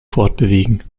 fortbewegen